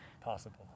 possible